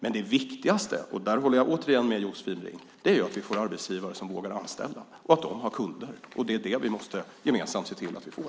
Men det viktigaste, och där håller jag återigen med Josefin Brink, är att vi får arbetsgivare som vågar anställa och att de har kunder. Det är det vi gemensamt måste se till att vi får.